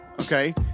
Okay